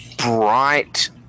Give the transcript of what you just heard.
bright